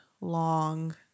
long